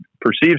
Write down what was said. perceives